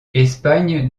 espagne